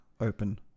open